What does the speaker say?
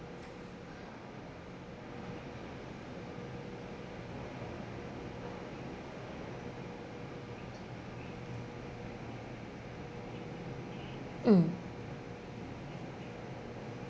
mm